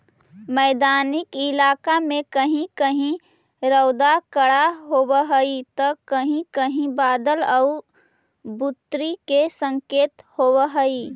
मैदानी इलाका में कहीं कहीं रउदा कड़ा होब हई त कहीं कहीं बादल आउ बुन्नी के संकेत होब हई